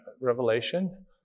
Revelation